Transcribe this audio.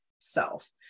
self